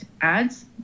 ads